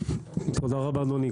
תודה רבה, אדוני.